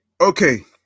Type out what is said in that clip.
Okay